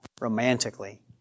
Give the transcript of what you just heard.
romantically